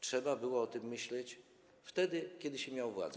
Trzeba było o tym myśleć wtedy, kiedy się miało władzę.